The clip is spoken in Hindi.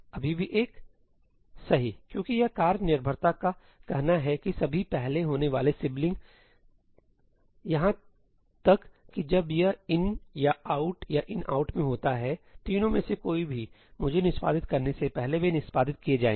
अभी भी एक सही क्योंकि यह कार्य निर्भरता का कहना है कि सभी पहले होने वाले सिबलिंग यहां तक कि जब यह 'in' या 'out' या 'inout' में होता हैसही तीनों में से कोई भी मुझे निष्पादित करने से पहले वे निष्पादित किए जाएंगे